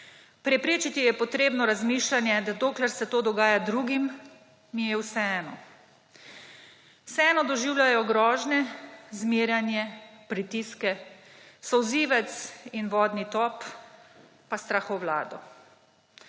Preprečiti je treba razmišljanje, da dokler se to dogaja drugim, mi je vseeno. Vseeno doživljajo grožnje, zmerjanje, pritiske, solzivec in vodni top pa strahovlado.